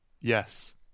Yes